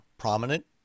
prominent